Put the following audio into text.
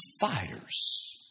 fighters